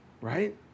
right